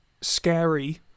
scary